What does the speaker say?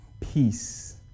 peace